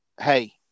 hey